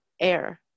air